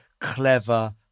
clever